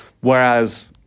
Whereas